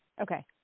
Okay